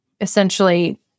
essentially